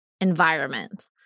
environment